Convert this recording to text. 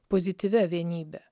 pozityvia vienybe